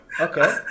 Okay